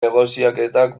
negoziaketak